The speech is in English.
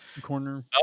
corner